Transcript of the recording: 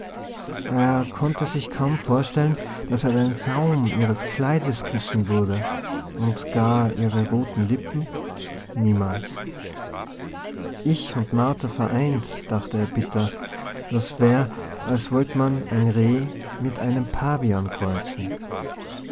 er konnte sich kaum vorstellen daß er den saum ihres kleides küssen würde und gar ihre roten lippen niemals ich und martha vereint dachte er bitter das wär als wollt man ein reh mit einem pavian kreuzen